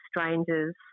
strangers